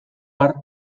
har